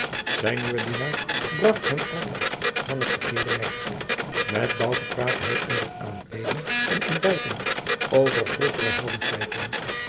zijn nieuwe dienaar bracht hem altijd van het verkeerde merk met bouke praatte hij onder t aankleeden en ontbijten over vroegere